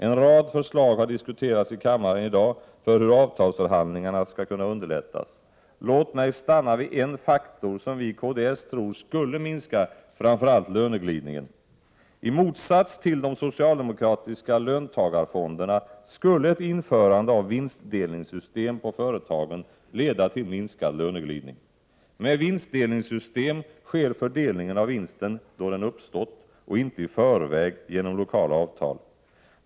En rad förslag till hur avtalsförhandlingarna skall kunna underlättas har diskuterats i kammaren i dag. Låt mig stanna vid en faktor som vi i kds tror skulle minska framför allt löneglidningen. Ett införande av vinstdelningssystem ii företagen skulle, i motsats till de socialdemokratiska löntagarfonderna, leda till minskad löneglidning. Med vinstdelningssystem sker fördelningen av vinsten då den uppstått och inte i förväg genom lokala avtal.